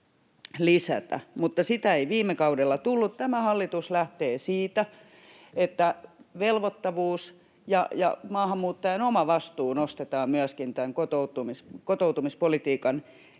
sitä ei viime kaudella tullut. Tämä hallitus lähtee siitä, että velvoittavuus ja maahanmuuttajan oma vastuu nostetaan myöskin kotoutumispolitiikan keskiöön.